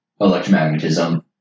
electromagnetism